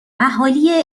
اهالی